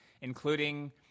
including